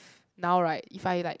now right if I like